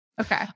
Okay